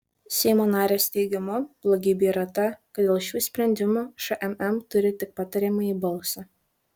seimo narės teigimu blogybė yra ta kad dėl šių sprendimų šmm turi tik patariamąjį balsą